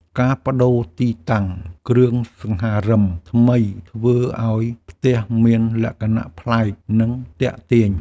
ការប្តូរទីតាំងគ្រឿងសង្ហារឹមថ្មី ធ្វើឱ្យផ្ទះមានលក្ខណៈប្លែក និងទាក់ទាញ។